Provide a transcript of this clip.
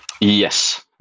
yes